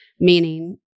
meaning